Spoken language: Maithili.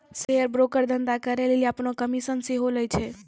शेयर ब्रोकर धंधा करै लेली अपनो कमिशन सेहो लै छै